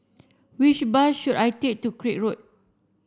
which bus should I take to Craig Road